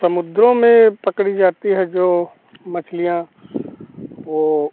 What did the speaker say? समुद्रों में पकड़ी जाती है जो मछलियाँ वह